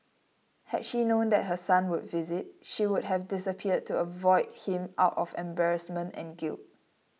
had she known that her son would visit she would have disappeared to avoid him out of embarrassment and guilt